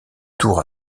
tour